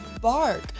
bark